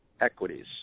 equities